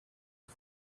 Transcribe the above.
and